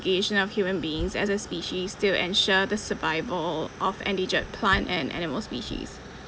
of human beings as a species to ensure the survival of endangered plant and animal species